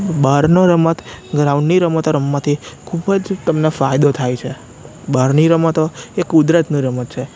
બહારની રમત ગ્રાઉન્ડની રમત રમવાથી ખૂબ જ તેમને ફાયદો થાય છે બહારની રમતો એ કુદરતની રમત છે